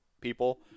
people